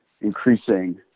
increasing